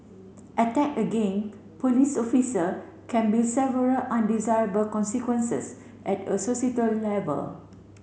attack again police officer can be several undesirable consequences at a level